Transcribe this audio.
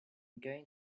going